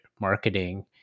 marketing